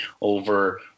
over